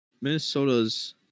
Minnesota's